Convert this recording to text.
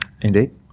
Indeed